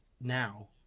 now